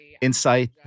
insight